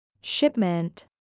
Shipment